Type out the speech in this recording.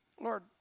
Lord